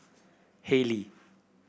Haylee